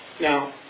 Now